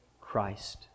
Christ